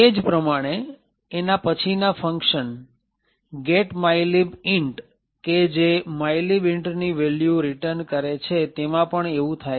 તે જ પ્રમાણે એના પછીના ફંકશન get mylib int કે જે mylib int ની વેલ્યુ રિટર્ન કરે છે તેમાં પણ એવું થાય છે